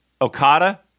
Okada